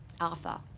Arthur